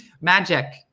Magic